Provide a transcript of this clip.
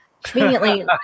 Conveniently